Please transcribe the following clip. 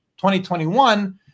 2021